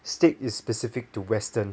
steak is specific to western